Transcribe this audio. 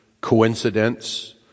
coincidence